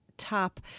top